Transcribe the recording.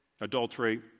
Adultery